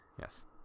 Yes